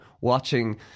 watching